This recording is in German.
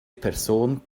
person